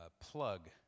plug